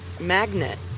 magnet